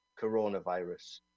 Coronavirus